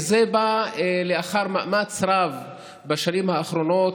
זה בא לאחר מאמץ רב בשנים האחרונות,